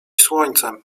słońcem